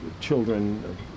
children